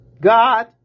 God